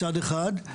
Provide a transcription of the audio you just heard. מצד אחד,